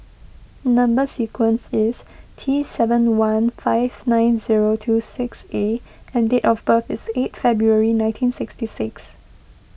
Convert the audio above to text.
Number Sequence is T seven one five nine zero two six A and date of birth is eight February nineteen sixty six